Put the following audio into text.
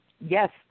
yes